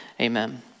amen